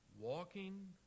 walking